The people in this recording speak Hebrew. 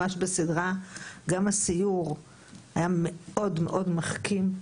גם הסיור היה מאוד מחכים.